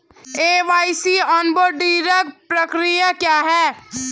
KYC onboarding प्रक्रिया क्या है?